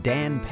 Dan